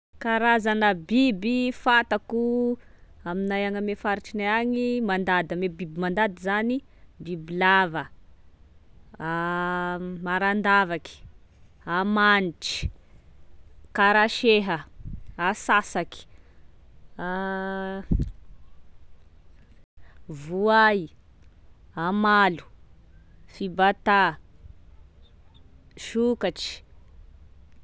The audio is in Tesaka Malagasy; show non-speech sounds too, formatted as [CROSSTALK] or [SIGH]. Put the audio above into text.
Karazana biby fantako aminay agny amin'ny faritrinay agny, mandady, biby mandady zany, bibilava, [HESITATION] marandavaky, amanitry, karaseha, ansasaky, [HESITATION] voay, amalo, fibata, sokatry.